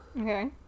Okay